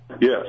Yes